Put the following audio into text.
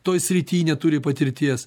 toj srity neturi patirties